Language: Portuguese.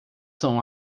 são